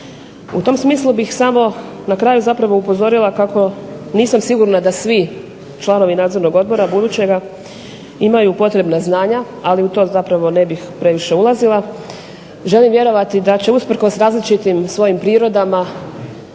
U tom smislu bih samo na kraju upozorila kako nisam sigurna da svi članovi nadzornog odbora budućega imaju potrebna znanja, ali u to ne bih previše ulazila. Želim vjerovati da će usprkos različitim prirodama